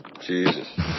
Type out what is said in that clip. Jesus